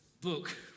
book